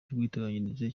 cy’ubwiteganyirize